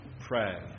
pray